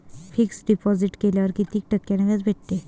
Fix deposit केल्यावर कितीक टक्क्यान व्याज भेटते?